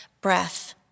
breath